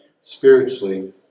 spiritually